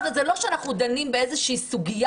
זה לא שאנחנו דנים באיזושהי סוגיה